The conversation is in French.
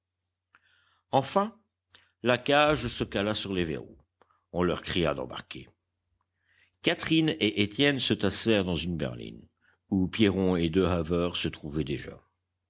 enfin la cage se cala sur les verrous on leur cria d'embarquer catherine et étienne se tassèrent dans une berline où pierron et deux haveurs se trouvaient déjà